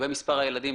לגבי מספר הילדים.